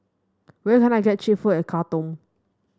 where can I get cheap food in Khartoum